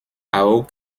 auch